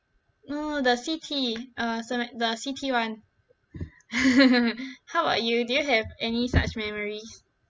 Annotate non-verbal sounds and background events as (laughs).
no the C_T uh so like the C_T one (laughs) how about you do you have any such memories